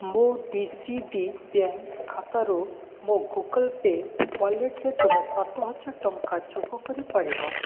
ମୋ D C B bank ଖାତାରୁ ମୋ ଗୁଗଲ୍ ପେ ୱାଲେଟ୍ରେ ତୁମେ ସାତହଜାର ଟଙ୍କା ଯୋଗ କରିପାରିବ